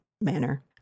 manner